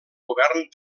govern